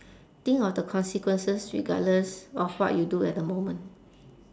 think of the consequences regardless of what you do at the moment